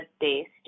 based